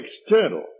external